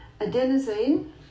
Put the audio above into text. Adenosine